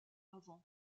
avant